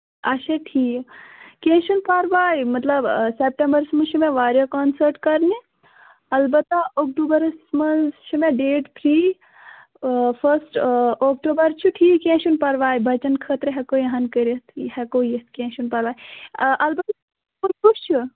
اَچھا ٹھیٖک کیٚنٛہہ چھُنہٕ پَرواے مطلب سَتمبَرس منٛز چھِ مےٚ واریاہ کانسیٚٹ کَرنہِ اَلبتہٕ اکتوٗبَرس منٛز چھِ مےٚ ڈیٹ فرٛی فٔسٹ اَکتوٗبر چھُ ٹھیٖک کیٚنٛہہ چھُنہٕ پَرواے بَچَن خٲطرٕ ہیٚکو یِہان کٔرِتھ ہیٚکو یِتھ کیٚنٛہہ چھُنہٕ پَرواے اَلبتہٕ کُس چھِ